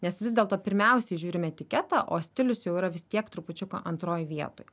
nes vis dėlto pirmiausiai žiūrim etiketą o stilius jau yra vis tiek trupučiuką antroj vietoj